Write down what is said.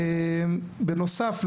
בנוסף,